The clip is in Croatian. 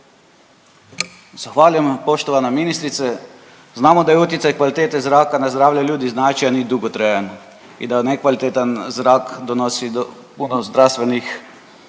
Zahvaljujem. Poštovana ministrice, znamo da je utjecaj kvalitete zraka na zdravlje ljudi značajan i dugotrajan i da nekvalitetan zrak donosi puno zdravstvenih